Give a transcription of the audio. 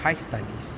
high studies